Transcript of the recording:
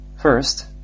First